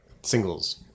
singles